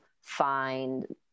find